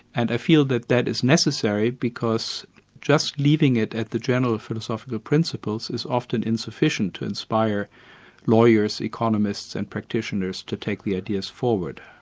and i feel that that is necessary because just leaving it at the general philosophical principles if often insufficient to inspire lawyers, economists and practitioners to take the ideas forward.